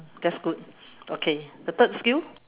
that's good okay the third skill